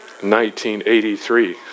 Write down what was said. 1983